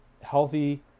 healthy